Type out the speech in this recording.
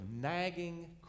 nagging